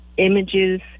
images